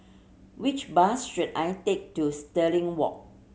which bus should I take to Stirling Walk